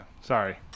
sorry